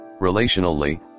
Relationally